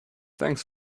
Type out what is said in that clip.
thanks